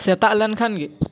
ᱥᱮᱛᱟᱜ ᱞᱮᱱ ᱠᱷᱟᱱ ᱜᱮ